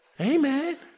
Amen